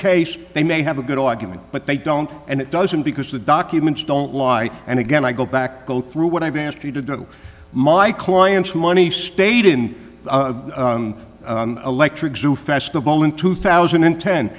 case they may have a good argument but they don't and it doesn't because the documents don't lie and again i go back go through what i've been asked to do my client's money stayed in electric zoo festival in two thousand and ten